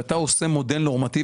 כשאתה עושה מודל נורמטיבי